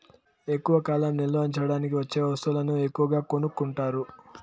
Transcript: ఎక్కువ కాలం నిల్వ ఉంచడానికి వచ్చే వస్తువులను ఎక్కువగా కొనుక్కుంటారు